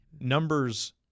numbers